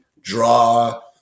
draw